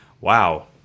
wow